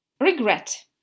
Regret